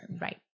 Right